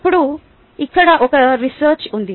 ఇప్పుడు ఇక్కడ ఒక రిసర్చ్ ఉంది